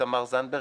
תמר זנדברג,